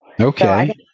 Okay